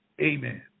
amen